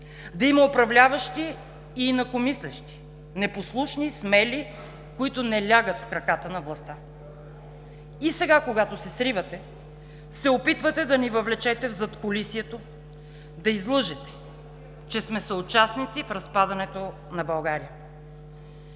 да има управляващи и инакомислещи – непослушни, смели, които не лягат в краката на властта. И сега, когато се сривате, се опитвате да ни въвлечете в задкулисието, да излъжете, че сме съучастници в разпадането на България.